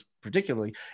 particularly